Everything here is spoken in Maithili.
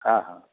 हँ हँ